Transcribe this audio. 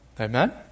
Amen